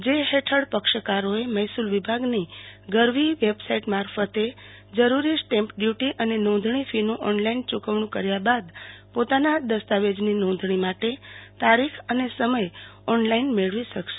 જે હેઠળ પક્ષકારોએ મહેસુલ વિભાગની ગરવી વેબસાઈટ મારફતે જરૂરી સ્ટેમ્પ ડ્યુટી અને નોંધણી ફીનું ઓનલાઈન યુકવણુ કર્યા બાદ પોતાના દસ્તાવેજોની નોંધણી માટે તારીખ અને સમય ઓનલાઈન મેળવી શકે છે